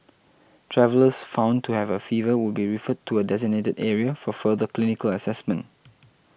travellers found to have a fever will be referred to a designated area for further clinical assessment